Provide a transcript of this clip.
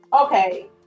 okay